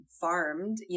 farmed